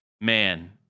man